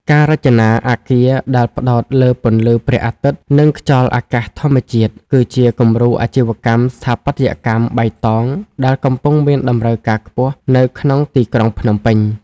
ការរចនាអគារដែលផ្ដោតលើពន្លឺព្រះអាទិត្យ និងខ្យល់អាកាសធម្មជាតិ គឺជាគំរូអាជីវកម្មស្ថាបត្យកម្មបៃតងដែលកំពុងមានតម្រូវការខ្ពស់នៅក្នុងទីក្រុងភ្នំពេញ។